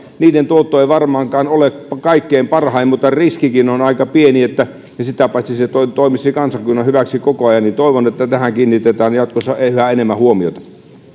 niiden tuotto ei varmaankaan ole kaikkein parhain mutta riskikin on aika pieni ja sitä paitsi se toimisi kansakunnan hyväksi koko ajan ja siksi toivon että tähän kiinnitetään jatkossa yhä enemmän huomiota